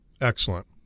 Excellent